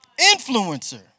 Influencer